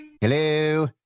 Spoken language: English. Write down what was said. Hello